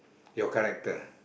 your character